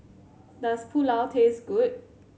does Pulao taste good